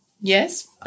Yes